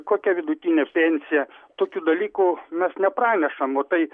kokia vidutinė pensija tokių dalykų mes nepranešam o tai